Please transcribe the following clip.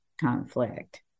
conflict